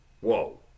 whoa